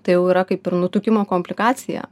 tai jau yra kaip ir nutukimo komplikacija